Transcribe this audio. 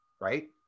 Right